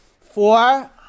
four